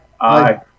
Aye